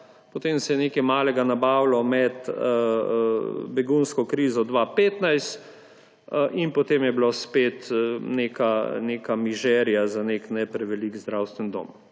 potem se je nekaj malega nabavilo med begunsko krizo 2015 in potem je bila spet neka mizerija za nek ne prevelik zdravstveni dom.